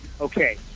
okay